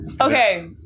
Okay